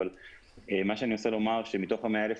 אבל מה שאני מנסה לומר שמתוך ה-100,000